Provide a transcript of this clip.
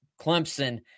Clemson